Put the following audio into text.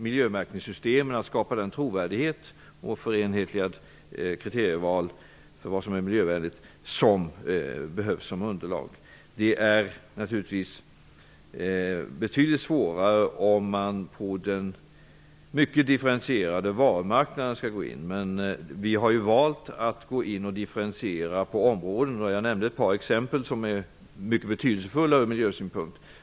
Miljömärkningssystemen och ett förenhetligat kriterieval skall skapa trovärdighet för vad som är miljövänligt. Det är naturligtvis betydligt svårare om man skall gå in på den mycket differentierade varumarknaden. Vi har valt att göra differentieringar på områden, t.ex. på drivmedelsmarknaden, som är mycket betydelsefulla ur miljösynpunkt.